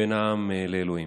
בין העם לאלוהים.